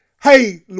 hey